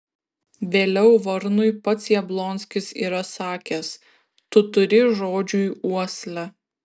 vėliau varnui pats jablonskis yra sakęs tu turi žodžiui uoslę